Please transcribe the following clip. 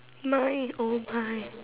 nine O nine